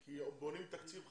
כי בונים תקציב חדש.